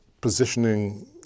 Positioning